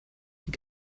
die